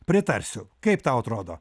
pritarsiu kaip tau atrodo